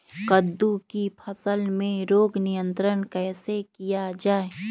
कददु की फसल में रोग नियंत्रण कैसे किया जाए?